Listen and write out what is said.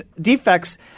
defects